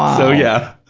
so yeah.